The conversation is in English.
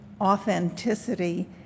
authenticity